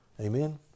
Amen